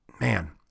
man